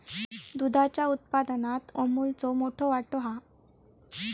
दुधाच्या उत्पादनात अमूलचो मोठो वाटो हा